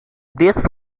these